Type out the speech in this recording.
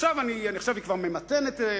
עכשיו היא כבר ממתנת,